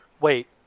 Wait